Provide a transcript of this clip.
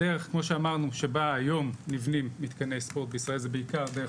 והדרך כמו שאמרנו שבה היום נבנים מתקני ספורט בישראל זה בעיקר דרך